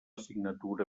signatura